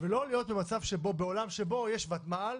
ולא רק להיות במצב שבו בעולם שבו יש ותמ"ל,